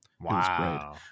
Wow